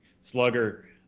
slugger